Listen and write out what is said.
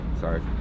sorry